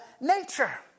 nature